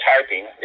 typing